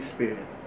Spirit